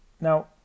Now